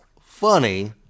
funny